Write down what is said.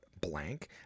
blank